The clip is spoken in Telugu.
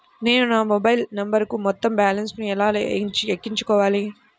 నేను నా మొబైల్ నంబరుకు మొత్తం బాలన్స్ ను ఎలా ఎక్కించుకోవాలి?